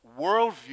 worldview